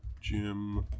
Jim